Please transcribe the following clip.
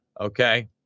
Okay